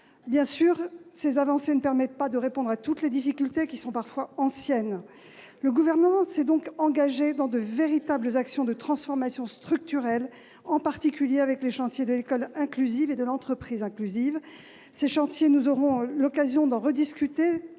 Bien sûr, ces avancées ne permettent pas de répondre à toutes les difficultés, qui sont parfois anciennes. Le Gouvernement s'est donc engagé dans de véritables actions de transformations structurelles, en particulier avec les chantiers de l'école inclusive et de l'entreprise inclusive. Nous aurons l'occasion de rediscuter